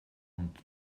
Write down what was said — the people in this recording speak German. und